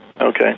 Okay